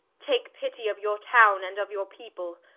take pitty of your towne and of your people,